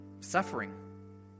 suffering